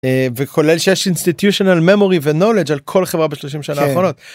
וכולל שיש instetutial memory ו knowledge על כל חברה בשלושים של האחרונות.